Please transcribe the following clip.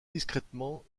discrètement